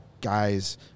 guys